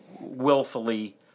willfully